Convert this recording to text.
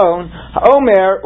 Omer